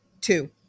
Two